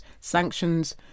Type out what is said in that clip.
sanctions